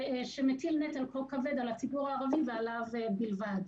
שמטיל נטל כה כבד על הציבור הערבי ועליו בלבד?